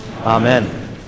Amen